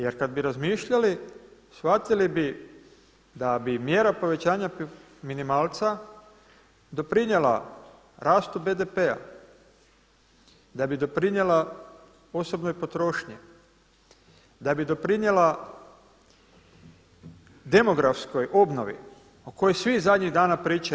Jer kada bi razmišljali, shvatili bi da bi mjera povećanja minimalca doprinijela rastu BDP-a, da bi doprinijela osobnoj potrošnji, da bi doprinijela demografskoj obnovi o kojoj svi zadnjih dana pričaju.